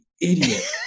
idiot